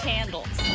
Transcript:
Candles